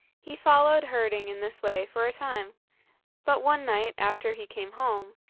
he followed herding in this way for a time but one night after he came home,